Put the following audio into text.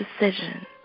decision